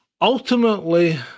Ultimately